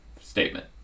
statement